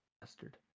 Bastard